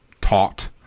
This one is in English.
taught